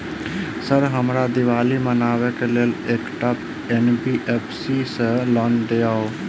Sir हमरा दिवाली मनावे लेल एकटा एन.बी.एफ.सी सऽ लोन दिअउ?